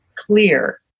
clear